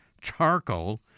Charcoal